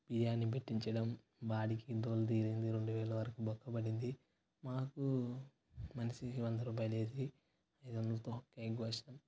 బిర్యాని పెట్టించడం వాడికి దోల తీరింది రెండు వేలు వరకు బొక్క పడింది మాకు మనిషికి వంద రూపాయలు వేసి ఇదంత కేక్ కోసినాం